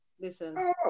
Listen